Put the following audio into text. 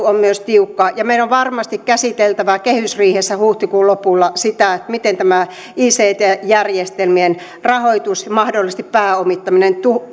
on myös tiukka meidän on varmasti käsiteltävä kehysriihessä huhtikuun lopulla sitä miten tämä ict järjestelmien rahoitus ja mahdollisesti pääomittaminen